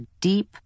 deep